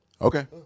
Okay